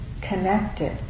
connected